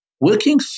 Working